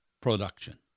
production